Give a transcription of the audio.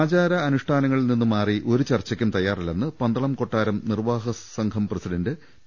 ആചാര അനുഷ്ഠാനങ്ങളിൽ നിന്ന് മാറി ഒരു ചർച്ചയ്ക്കും തയാ റല്ലെന്ന് പന്തളം കൊട്ടാരം നിർവാഹക സംഘം പ്രസിഡന്റ് പി